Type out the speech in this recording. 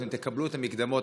אתם תקבלו את המקדמות.